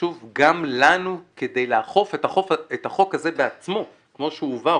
וחשוב גם לנו כדי לאכוף את החוק הזה בעצמו כמו שהוא הועבר,